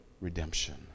Redemption